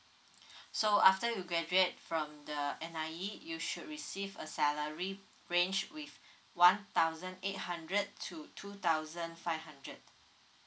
so after you graduate from the N_I_E you should receive a salary range with one thousand eight hundred to two thousand five hundred